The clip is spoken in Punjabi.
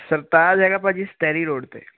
ਸਰਤਾਜ ਹੈਗਾ ਭਾਅ ਜੀ ਸਤੈਰੀ ਰੋਡ 'ਤੇ